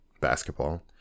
basketball